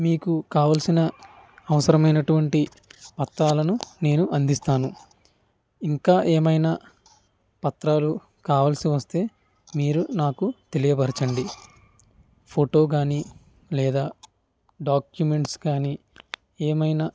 మీకు కావాల్సిన అవసరమైనటువంటి పత్రాలను నేను అందిస్తాను ఇంకా ఏమైనా పత్రాలు కావాల్సి వస్తే మీరు నాకు తెలియపరచండి ఫోటో కానీ లేదా డాక్యుమెంట్స్ కానీ ఏమైనా